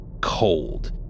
cold